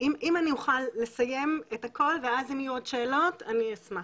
אם אני אוכל לסיים את הכול ואז אם יהיו עוד שאלות אני אשמח.